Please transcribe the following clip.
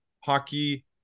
hockey